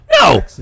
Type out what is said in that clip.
No